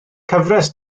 cyfres